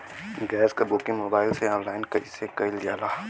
Gas क booking mobile से online कईसे कईल जाला?